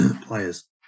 players